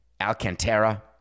Alcantara